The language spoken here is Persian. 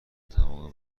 تمام